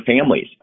families